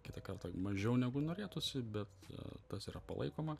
kitą kartą mažiau negu norėtųsi bet tas yra palaikoma